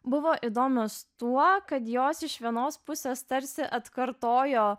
buvo įdomios tuo kad jos iš vienos pusės tarsi atkartojo